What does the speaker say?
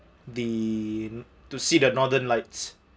the to see the northern lights